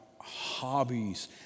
hobbies